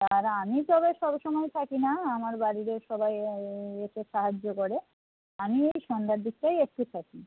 আর আমি তবে সবসময় থাকি না আমার বাড়িরও সবাই এসে সাহায্য করে আমি ওই সন্ধ্যার দিকটায় একটু থাকি